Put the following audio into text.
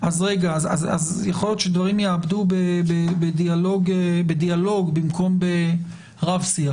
יכול להיות דברים ייאבדו בדיאלוג, במקום ברב-שיח.